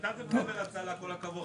נתתם חבל הצלה, כל הכבוד.